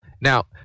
Now